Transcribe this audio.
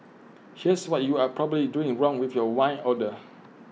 here's what you are probably doing wrong with your wine order